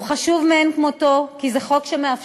אתה רוצה הצבעה?